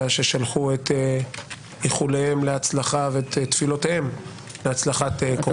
ששלחו את איחוליהם להצלחה ואת תפילותיהם להצלחת כוחותינו.